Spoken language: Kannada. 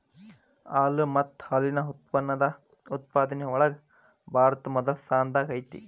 ಹಾಲು ಮತ್ತ ಹಾಲಿನ ಉತ್ಪನ್ನದ ಉತ್ಪಾದನೆ ಒಳಗ ಭಾರತಾ ಮೊದಲ ಸ್ಥಾನದಾಗ ಐತಿ